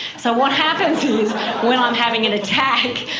so what happens is when i'm having an attack,